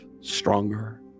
stronger